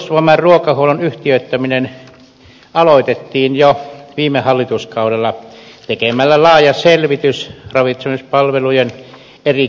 puolustusvoimain ruokahuollon yhtiöittäminen aloitettiin jo viime hallituskaudella tekemällä laaja selvitys ravitsemispalvelujen eri kehittämisvaihtoehdoista